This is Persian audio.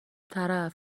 طرف